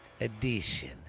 edition